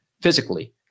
physically